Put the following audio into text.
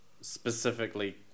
specifically